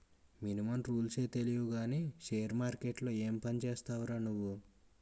Minimum రూల్సే తెలియవు కానీ షేర్ మార్కెట్లో ఏం పనిచేస్తావురా నువ్వు?